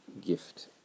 gift